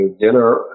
dinner